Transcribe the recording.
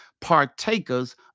partakers